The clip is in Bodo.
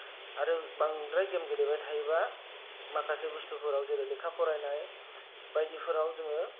आरो बांद्राय गेम गेलेबाय थायोबा माखासे बुस्थुफोराव जेरै लेखा फरायनाय बायदि फोराव जोङो